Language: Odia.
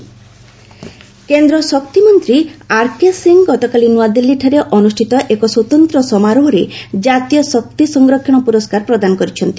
ଏନର୍ଜି ଆଓ୍ବାର୍ଡ କେନ୍ଦ୍ର ଶକ୍ତିମନ୍ତ୍ରୀ ଆର୍କେ ସିଂହ ଗତକାଲି ନୂଆଦିଲ୍ଲୀଠାରେ ଅନୁଷ୍ଠିତ ଏକ ସ୍ପତନ୍ତ୍ର ସମାରୋହରେ ଜାତୀୟ ଶକ୍ତି ସଂରକ୍ଷଣ ପୁରସ୍କାର ପ୍ରଦାନ କରିଛନ୍ତି